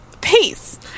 peace